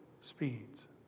speeds